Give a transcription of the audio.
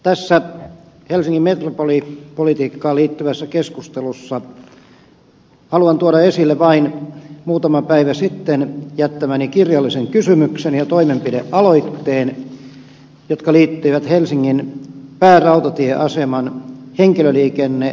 tässä helsingin metropolipolitiikkaan liittyvässä keskustelussa haluan tuoda esille vain muutama päivä sitten jättämäni kirjallisen kysymyksen ja toimenpidealoitteen jotka liittyvät helsingin päärautatieaseman henkilöliikenneahtauteen